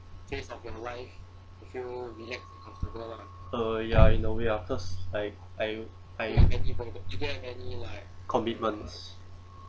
uh ya in a way lah cause like I I commitments